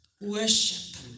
worship